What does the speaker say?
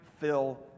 fill